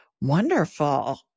Wonderful